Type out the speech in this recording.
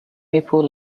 maple